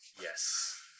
yes